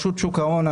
רשות השוק ההון,